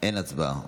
אין הצבעה.